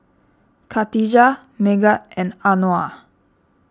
Katijah Megat and Anuar